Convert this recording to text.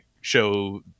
show